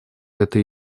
это